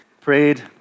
prayed